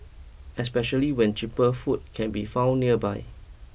especially when cheaper food can be found nearby